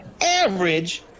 Average